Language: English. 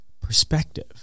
perspective